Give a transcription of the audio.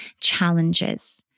challenges